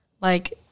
Like-